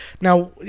Now